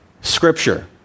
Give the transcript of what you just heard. Scripture